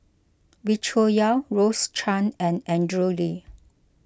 Wee Cho Yaw Rose Chan and Andrew Lee